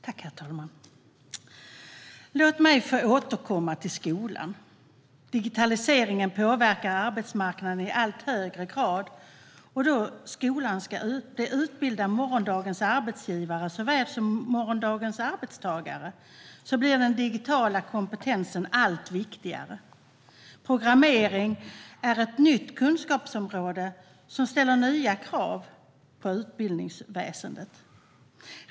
Herr talman! Låt mig få återkomma till skolan. Digitaliseringen påverkar arbetsmarknaden i allt högre grad, och då skolan ska utbilda såväl morgondagens arbetsgivare som morgondagens arbetstagare blir den digitala kompetensen allt viktigare. Programmering är ett nytt kunskapsområde som ställer nya krav på utbildningsväsendet.